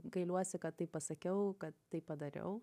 gailiuosi kad taip pasakiau kad taip padariau